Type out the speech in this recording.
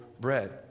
bread